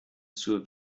zur